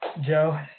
Joe